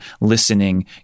listening